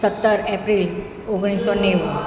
સત્તર એપ્રિલ ઓગણીસસો નેવું